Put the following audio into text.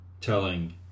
telling